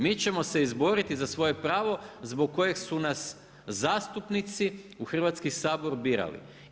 Mi ćemo se izboriti za svoje pravo, za koje su nas zastupnici u Hrvatski sabor birali.